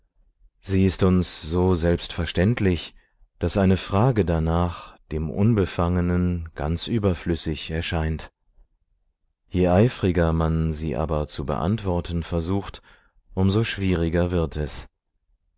sie ist uns so selbstverständlich daß eine frage danach dem unbefangenen ganz überflüssig erscheint je eifriger man sie aber zu beantworten versucht um so schwieriger wird es